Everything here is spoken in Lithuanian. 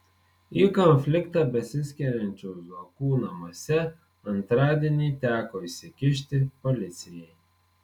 į konfliktą besiskiriančių zuokų namuose antradienį teko įsikišti policijai